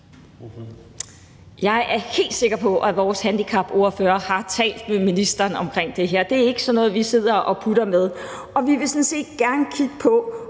Jeg er helt sikker på, at vores handicapordfører har talt med ministeren om det her. Det er ikke sådan noget, vi sidder og putter med. Og vi vil sådan set gerne kigge på,